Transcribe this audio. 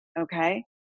Okay